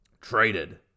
traded